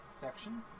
section